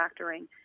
factoring